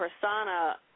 persona